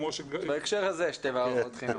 בהקשר הזה שתי מערכות חינוך.